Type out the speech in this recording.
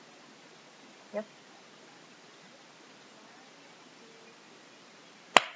yup